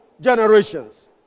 generations